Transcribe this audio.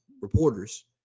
reporters